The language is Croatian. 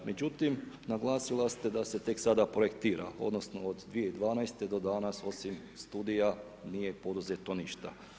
Međutim, naglasili ste da se tek sada projektira odnosno od 2012. do danas osim studija nije poduzeto ništa.